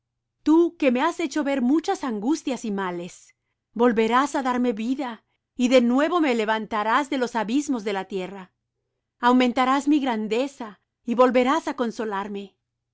tú que me has hecho ver muchas angustias y males volverás á darme vida y de nuevo me levantarás de los abismos de la tierra aumentarás mi grandeza y volverás á consolarme